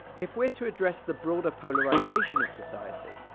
if we're to address the broader polarisation of society,